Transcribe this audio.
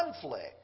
conflict